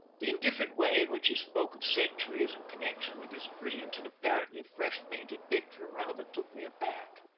the indifferent way in which he spoke of centuries in connection with this brilliant and apparently fresh-painted picture rather took me aback.